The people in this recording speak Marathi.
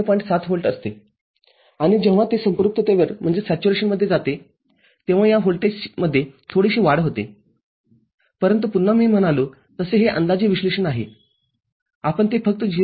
७ व्होल्ट असते आणि जेव्हा ते संपृक्ततेवर जाते तेव्हा या व्होल्टेजमध्ये थोडीशी वाढ होतेपरंतु पुन्हा मी म्हणालो तसे हे अंदाजे विश्लेषण आहेआपण ते फक्त ०